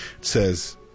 says